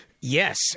Yes